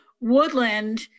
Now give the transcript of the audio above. woodland